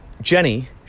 Jenny